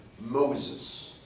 Moses